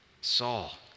Saul